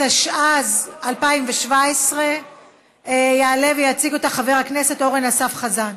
התשע"ז 2017. יעלה ויציג אותה חבר הכנסת אורן אסף חזן.